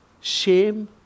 shame